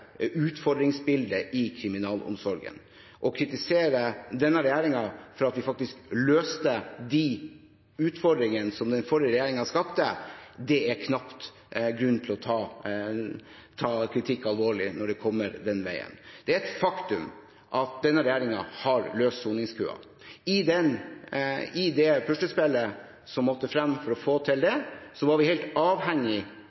utfordringsbildet i kriminalomsorgen. Det å kritisere denne regjeringen for at vi faktisk løste de utfordringene som den forrige regjeringen skapte, er det knapt grunn til å ta alvorlig når kritikken kommer den veien. Det er et faktum at denne regjeringen har løst soningskøen. I puslespillet for å få til det